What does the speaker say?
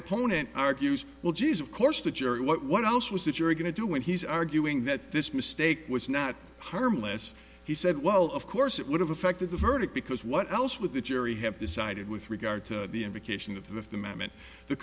opponent argues well jeez of course the jury what what else was that you're going to do when he's arguing that this mistake was not harmless he said well of course it would have affected the verdict because what else with the jury have decided with regard to the invocation of the amendment the